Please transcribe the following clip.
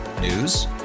News